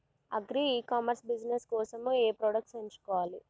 Agri e commerce business కోసము ఏ products ఎంచుకోవాలి?